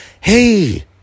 Hey